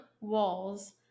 walls